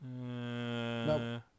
No